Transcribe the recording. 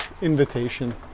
invitation